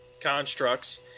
constructs